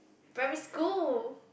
primary school